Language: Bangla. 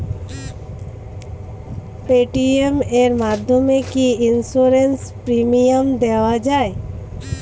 পেটিএম এর মাধ্যমে কি ইন্সুরেন্স প্রিমিয়াম দেওয়া যায়?